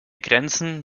grenzen